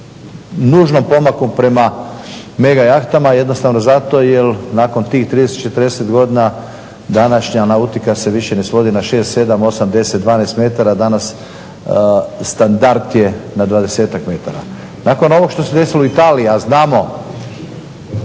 nužnom pomaku prema mega jahtama jednostavno zato jer nakon tih 30, 40 godina današnja nautika se više ne svodi na 6, 7, 8, 10, 12 metara. Danas standard je na 20-tak metara. Nakon ovog što se desilo u Italiji, a znamo